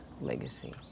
legacy